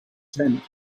tent